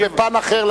זה בפן אחר,